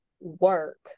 work